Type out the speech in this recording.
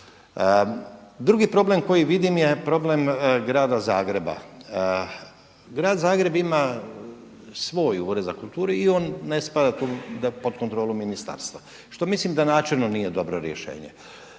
Drugi problem koji vidim je problem grada Zagreba. Grad Zagreb ima svoj ured za kulturu i on ne sada tu pod kontrolu ministarstva što mislim da načelno nije dobro rješenje.